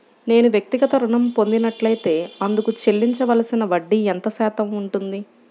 నేను వ్యక్తిగత ఋణం పొందినట్లైతే అందుకు చెల్లించవలసిన వడ్డీ ఎంత శాతం ఉంటుంది?